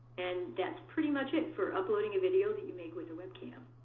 and that's pretty much it for uploading a video that you make with a webcam.